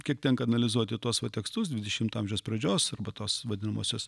kiek tenka analizuoti tuos va tekstus dvidešimto amžiaus pradžios arba tos vadinamosios